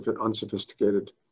unsophisticated